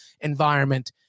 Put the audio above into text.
environment